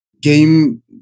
game